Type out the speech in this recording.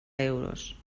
euros